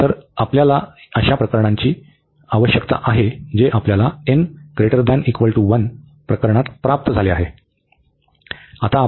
तर आम्हाला आपल्यास अशा प्रकरणांची आवश्यकता आहे जे आम्हाला प्रकरणात प्राप्त झाले आहे